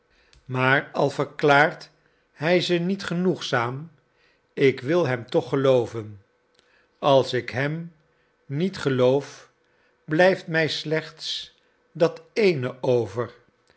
maar al verklaart hij ze niet genoegzaam ik wil hem toch gelooven als ik hem niet geloof blijft mij slechts dat ééne over